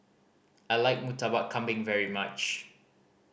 I like Murtabak Kambing very much